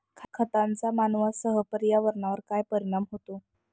खतांचा मानवांसह पर्यावरणावर काय परिणाम होतो?